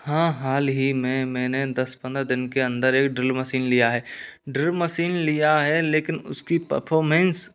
हाँ हाल ही में मैंने दस पन्द्रह दिन के अंदर एक ड्रिल मशीन लिया है ड्रिल मशीन लिया है लेकिन उसकी परफॉर्मेंस